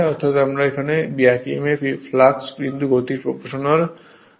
এবং আমরা জানি যে ব্যাক Emf ফ্লাক্স গতির প্রপ্রোশনাল হয়